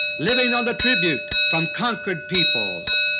living on the tribute from conquered peoples.